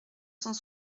cent